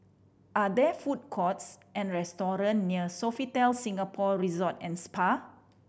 are there food courts or restaurants near Sofitel Singapore Resort and Spa